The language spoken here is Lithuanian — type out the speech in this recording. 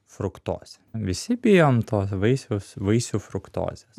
fruktozė visi bijom to vaisiaus vaisių fruktozės